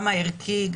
גם הערכי,